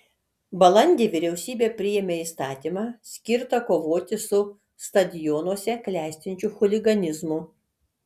balandį vyriausybė priėmė įstatymą skirtą kovoti su stadionuose klestinčiu chuliganizmu